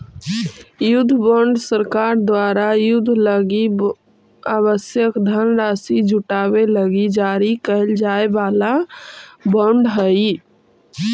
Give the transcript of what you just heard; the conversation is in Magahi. युद्ध बॉन्ड सरकार द्वारा युद्ध लगी आवश्यक धनराशि जुटावे लगी जारी कैल जाए वाला बॉन्ड हइ